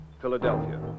Philadelphia